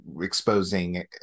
exposing